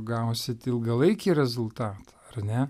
gausit ilgalaikį rezultatą ar ne